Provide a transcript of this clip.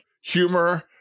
humor